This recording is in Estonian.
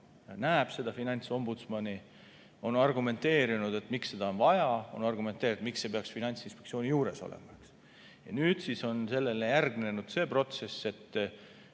näeb seda finantsombudsmani, on argumenteerinud, miks seda on vaja, on argumenteerinud, miks see peaks Finantsinspektsiooni juures olema. Ja nüüd siis on sellele järgnenud see protsess,